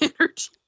energy